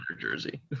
jersey